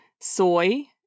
Soy